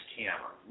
camera